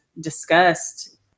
discussed